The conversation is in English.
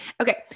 Okay